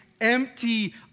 empty